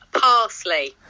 Parsley